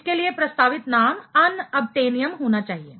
इसके लिए प्रस्तावित नाम अनअबटैनियम होना चाहिए